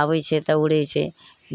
आबै छै तऽ उड़ै छै